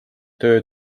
töö